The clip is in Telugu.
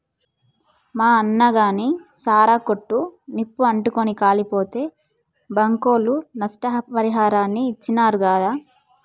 మా అన్నగాని సారా కొట్టు నిప్పు అంటుకుని కాలిపోతే బాంకోళ్లు నష్టపరిహారాన్ని ఇచ్చినారు గాదా